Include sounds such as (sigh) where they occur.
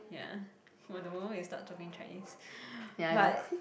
ya from the moment we start talking Chinese (breath) but